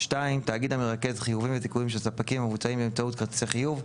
תאגיד המרכז חיובים וזיכויים של ספקים המבוצעים באמצעות כרטיסי חיוב,